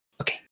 Okay